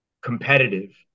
Competitive